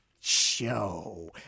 Show